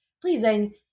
pleasing